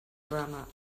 drama